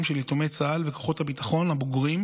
מבלי לסלף, וזה חל על כולנו, מבלי להוסיף דברים,